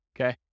Okay